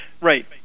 Right